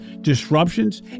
disruptions